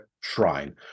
shrine